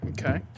Okay